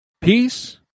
peace